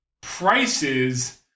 prices